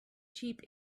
cheap